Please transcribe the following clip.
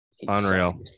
Unreal